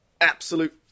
Absolute